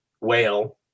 whale